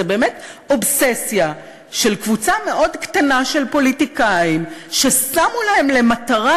זה באמת אובססיה של קבוצה מאוד קטנה של פוליטיקאים ששמו להם למטרה,